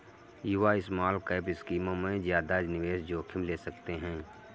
युवा स्मॉलकैप स्कीमों में ज्यादा निवेश जोखिम ले सकते हैं